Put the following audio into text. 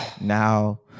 Now